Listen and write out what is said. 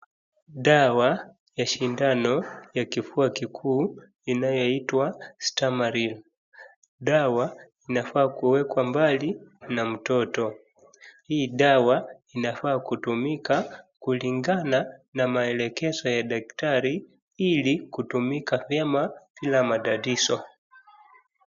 Dawa ya shindano ya kifua kikuu inayoitwa stamaril . Dawa inafaa kuwekwa mbali na mtoto. Hii dawa inafaa kutumika kulingana na maelekezo ya daktari ili kutumika vyema bila matatizo.